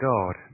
God